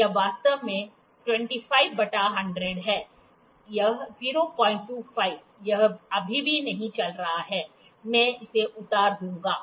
यह वास्तव में 25 बटा 100 है यह 025 यह अभी भी नहीं चल रहा है मैं इसे उतार दूंगा